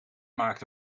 maakte